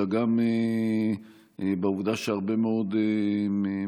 אלא גם בעובדה שהרבה מאוד מושבים,